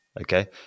okay